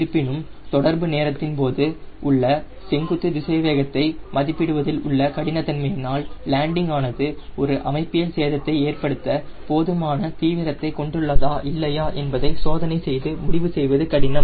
இருப்பினும் தொடர்பு நேரத்தின் போது உள்ள செங்குத்து திசைவேகத்தை மதிப்பிடுவதில் உள்ள கடினத்தன்மையினால் லேண்டிங் ஆனது ஒரு அமைப்பியல் சேதத்தை ஏற்படுத்த போதுமான தீவிரத்தை கொண்டுள்ளதா இல்லையா என்பதை முடிவு செய்வது கடினம்